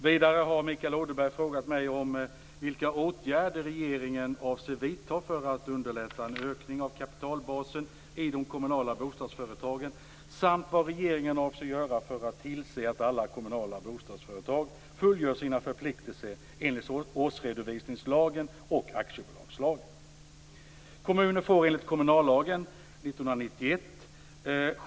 Vidare har Mikael Odenberg frågat mig vilka åtgärder regeringen avser vidta för att underlätta en ökning av kapitalbasen i de kommunala bostadsföretagen samt vad regeringen avser att göra för att tillse att alla kommunala bostadsföretag fullgör sina förpliktelser enligt årsredovisningslagen och aktiebolagslagen.